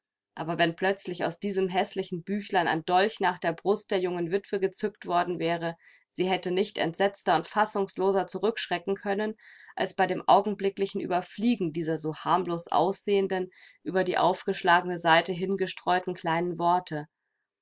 aber wenn plötzlich aus diesem häßlichen büchlein ein dolch nach der brust der jungen witwe gezückt worden wäre sie hätte nicht entsetzter und fassungsloser zurückschrecken können als bei dem augenblicklichen ueberfliegen dieser so harmlos aussehenden über die aufgeschlagene seite hingestreuten kleinen worte